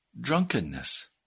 drunkenness